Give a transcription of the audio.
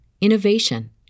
innovation